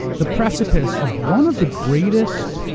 the precipice of one of the greatest,